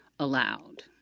allowed